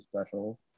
special